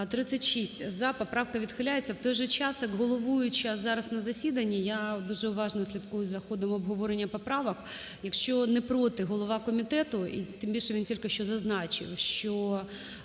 За-36 Поправка відхиляється. В той же час, як головуюча зараз на засіданні, я дуже уважно слідкую за ходом обговорення поправок, якщо не проти голова комітету, і тим більше, він тільки що зазначив, що